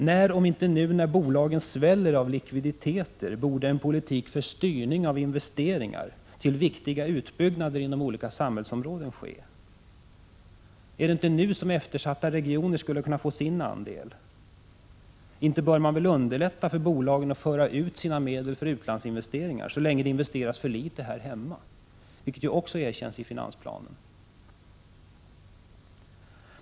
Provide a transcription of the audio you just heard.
När, om inte nu — när bolagen sväller av likviditeter — borde en politik för styrning av investeringar till viktiga utbyggnader inom olika samhällsområden ske? Är det inte nu som eftersatta regioner skulle kunna få sin andel? Inte bör man väl underlätta för bolagen att föra ut medel för utlandsinvesteringar, så länge det investeras för litet här hemma? Att så sker erkänns ju också i finansplanen.